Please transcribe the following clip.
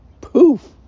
poof